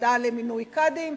ועדה למינוי קאדים,